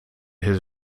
his